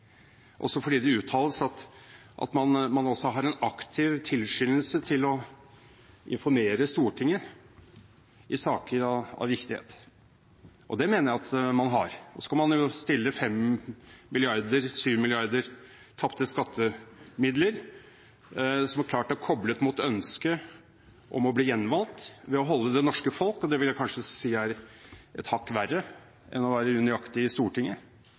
også fordi det uttales at man har en aktiv tilskyndelse til å informere Stortinget i saker av viktighet. Det mener jeg at man har, men man kan jo stille denne saken opp mot Mongstad-saken, med sine 5–7 mrd. tapte skattekroner, som klart er koblet til et ønske om å bli gjenvalgt ved faktisk å holde det norske folket og velgerne i uvitenhet – og det vil jeg si er kanskje et hakk verre enn å være unøyaktig i Stortinget